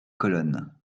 colonnes